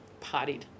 partied